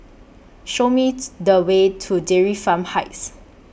Show Me The Way to Dairy Farm Heights